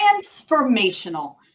transformational